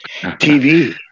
TV